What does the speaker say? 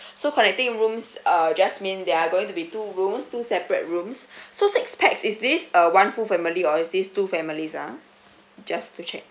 so connecting rooms uh just mean there are going to be two rooms two separate rooms so six pax is this uh one full family or is this two families ah just to check